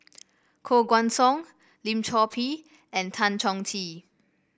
Koh Guan Song Lim Chor Pee and Tan Chong Tee